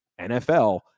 NFL